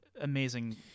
amazing